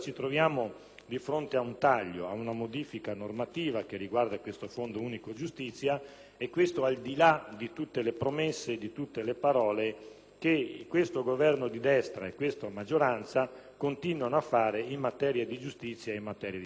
di fronte ad un taglio, ad una modifica normativa che riguarda il Fondo unico giustizia, e questo al di là di tutte le parole e di tutte le promesse che questo Governo di destra e questa maggioranza continuano a fare in materia di giustizia e di sicurezza.